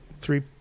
three